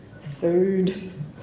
food